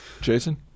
Jason